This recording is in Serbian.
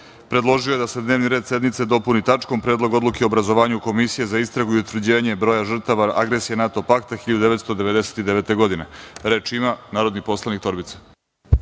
predložio je da se dnevni red sednice dopuni tačkom - Predlog odluke o obrazovanju komisije za istragu i utvrđenje broja žrtava agresije NATO pakta 1999. godine. Reč ima narodni poslanik Bojan